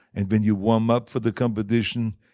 and when you warm up for the competition,